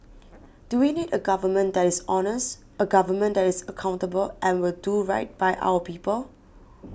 do we need a government that is honest a government that is accountable and will do right by our people